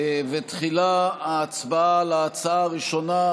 ותחילה ההצבעה על ההצעה הראשונה,